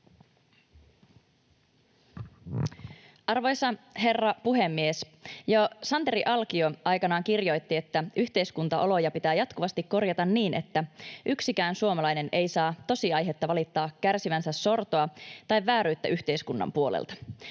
Arvoisa herra puhemies! Jo Santeri Alkio aikanaan kirjoitti, että yhteiskuntaoloja pitää jatkuvasti korjata niin, että yksikään suomalainen ei saa tosiaihetta valittaa kärsivänsä sortoa tai vääryyttä yhteiskunnan puolelta.